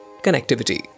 connectivity